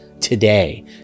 today